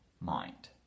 mind